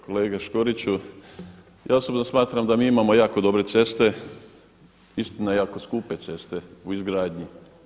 Kolega Škoriću ja osobno smatram da mi imamo jako dobre ceste, istina jako skupe ceste u izgradnji.